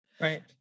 right